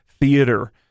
theater